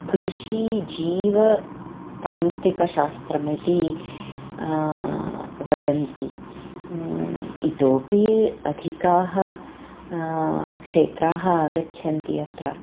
कृषिजीवतान्त्रिकशास्त्रमिति वदन्ति इतोऽपि अधिकानि क्षेत्राणि आगच्छन्ति अत्र